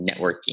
networking